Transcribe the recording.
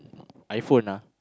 iPhone ah